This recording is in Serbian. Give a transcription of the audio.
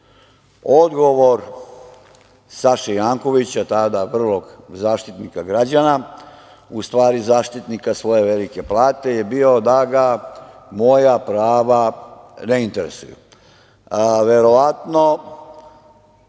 Odgovor Saše Jankovića, tada prvog Zaštitnika građana, u stvari zaštitnika svoje velike plate je bio da ga moja prava ne interesuju.